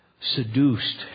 seduced